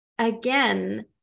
Again